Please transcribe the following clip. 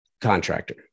contractor